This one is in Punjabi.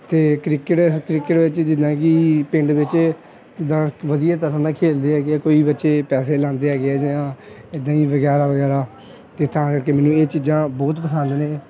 ਅਤੇ ਕ੍ਰਿਕਟ ਕ੍ਰਿਕਟ ਵਿੱਚ ਜਿੱਦਾਂ ਕਿ ਪਿੰਡ ਵਿੱਚ ਜਿੱਦਾਂ ਵਧੀਆ ਤਰ੍ਹਾਂ ਦਾ ਖੇਡਦੇ ਹੈਗੇ ਹਾਂ ਕੋਈ ਬੱਚੇ ਪੈਸੇ ਲਗਾਉਂਦੇ ਹੈਗੇ ਆ ਜਾਂ ਇੱਦਾਂ ਹੀ ਵਗੈਰਾ ਵਗੈਰਾ ਅਤੇ ਤਾਂ ਕਰਕੇ ਮੈਨੂੰ ਇਹ ਚੀਜ਼ਾਂ ਬਹੁਤ ਪਸੰਦ ਨੇ